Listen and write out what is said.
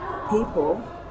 people